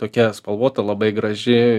tokia spalvota labai graži